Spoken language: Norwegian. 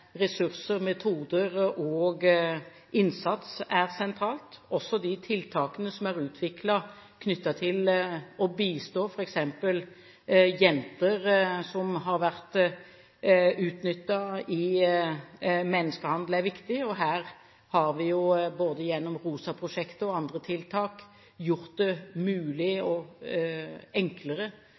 ressurser, metoder og innsats. De tiltakene som er knyttet til å bistå jenter som har vært utnyttet i menneskehandel, er også viktige. På dette området har vi, både gjennom ROSA-prosjektet og andre tiltak, gjort det mulig og enklere